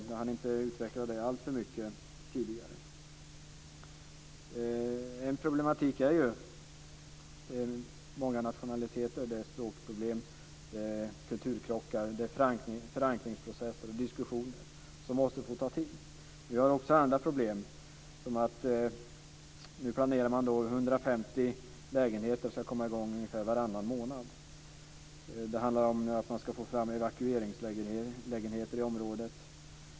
Jag hann inte utveckla det alltför mycket tidigare. Ett problem är ju att det är många nationaliteter. Det är också språkproblem, kulturkrockar, förankringsprocesser och diskussioner, och det måste få ta tid. Men vi har också andra problem. Nu planerar man 150 lägenheter. Det ska komma i gång ungefär varannan månad. Man ska få fram evakueringslägenheter i området.